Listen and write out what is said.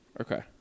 Okay